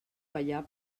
ballar